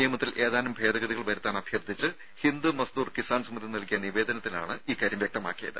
നിയമത്തിൽ ഏതാനും ഭേദഗതികൾ വരുത്താൻ അഭ്യർത്ഥിച്ച് ഹിന്ദ് മസ്ദൂർ കിസാൻ സമിതി നൽകിയ നിവേദനത്തിലാണ് ഇക്കാര്യം വ്യക്തമാക്കിയത്